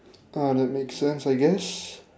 ah that makes sense I guess